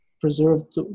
preserved